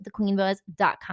thequeenbuzz.com